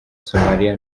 somalia